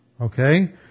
Okay